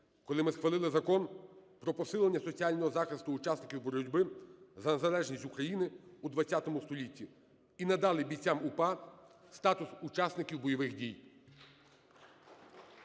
коли ми схвалили Закон про посилення соціального захисту учасників боротьби за незалежність України у ХХ столітті і надали бійцям УПА статус учасників бойових дій